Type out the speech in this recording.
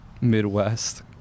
midwest